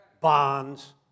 Bonds